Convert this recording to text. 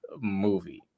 movie